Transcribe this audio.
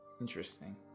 Interesting